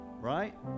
right